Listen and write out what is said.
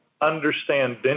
understand